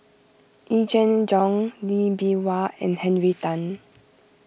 Yee Jenn Jong Lee Bee Wah and Henry Tan